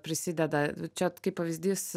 prisideda čia kaip pavyzdys